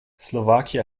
slovakia